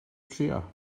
trio